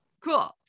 cool